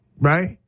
Right